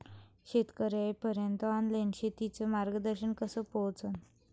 शेतकर्याइपर्यंत ऑनलाईन शेतीचं मार्गदर्शन कस पोहोचन?